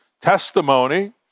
testimony